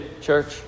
church